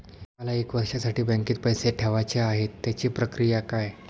मला एक वर्षासाठी बँकेत पैसे ठेवायचे आहेत त्याची प्रक्रिया काय?